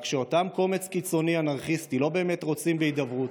רק שאותו קומץ קיצוני אנרכיסטי לא באמת רוצה בהידברות,